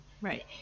Right